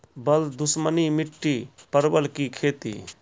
बल दुश्मनी मिट्टी परवल की खेती?